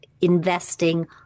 investing